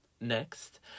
next